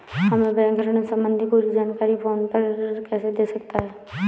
हमें बैंक ऋण संबंधी पूरी जानकारी फोन पर कैसे दे सकता है?